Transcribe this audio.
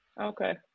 Okay